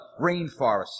rainforests